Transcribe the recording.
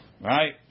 Right